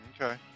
Okay